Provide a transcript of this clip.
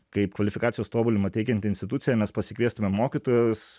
kaip kvalifikacijos tobulinimą teikianti institucija mes pasikviestumėm mokytojus